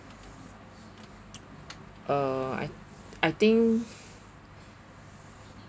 uh I I think